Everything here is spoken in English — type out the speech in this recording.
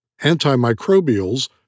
Antimicrobials